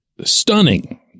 stunning